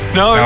no